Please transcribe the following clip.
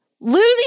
losing